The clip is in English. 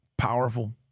Powerful